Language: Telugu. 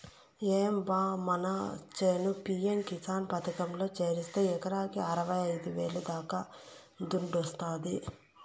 ఏం బా మన చేను పి.యం కిసాన్ పథకంలో చేరిస్తే ఎకరాకి అరవైఐదు వేల దాకా దుడ్డొస్తాది